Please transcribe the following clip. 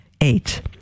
Eight